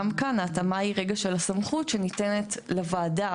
גם כאן ההתאמה של הסמכות שניתנת לוועדה